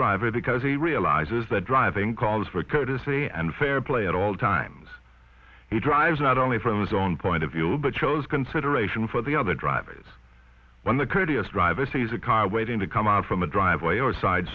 driver because he realizes that driving calls for courtesy and fair play at all times he drives not only from his own point of view but shows consideration for the other drivers when the courteous driver sees a car waiting to come out from a driveway or a side